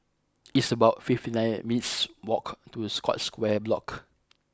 it's about fifty nine and minutes' walk to Scotts Square Block